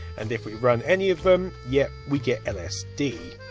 and if we run any of them. yup we get lsd.